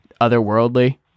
otherworldly